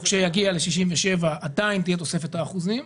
כשיגיע לגיל 67, עדיין תהיה תוספת האחוזים??